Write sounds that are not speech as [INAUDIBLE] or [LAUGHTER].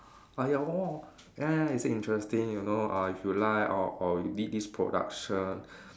ah ya [NOISE] ya it's interesting you know uh if you like or or you lead this production